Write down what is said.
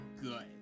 good